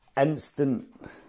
instant